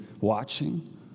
watching